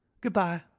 good-bye!